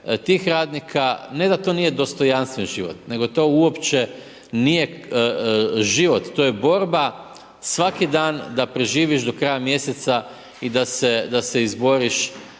tih radnika, ne da to nije dostojanstven život, nego to uopće nije život. To je borba svaki dan, da preživiš do kraja mjeseca i da se izboriš